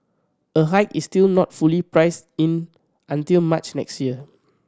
a hike is still not fully priced in until March next year